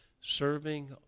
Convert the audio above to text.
serving